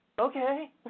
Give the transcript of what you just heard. okay